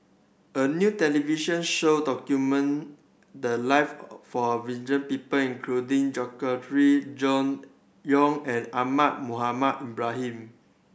a new television show document the live for people including Gregory Yong and Ahmad Mohamed Ibrahim